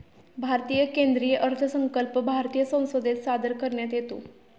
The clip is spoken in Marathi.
भारतीय केंद्रीय अर्थसंकल्प भारतीय संसदेत सादर करण्यात येतो